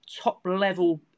top-level